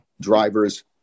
drivers